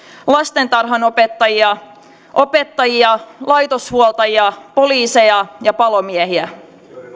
lastentarhanopettajia opettajia laitoshuoltajia poliiseja ja palomiehiä